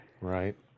Right